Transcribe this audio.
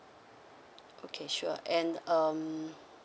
okay sure and um